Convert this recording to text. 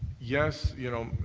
yes, you know,